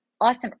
awesome